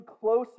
closer